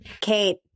Kate